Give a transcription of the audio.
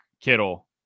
Kittle